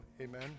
Amen